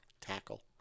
tackle